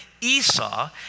Esau